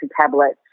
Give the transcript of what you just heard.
tablets